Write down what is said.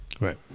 right